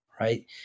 Right